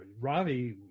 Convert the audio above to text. Ravi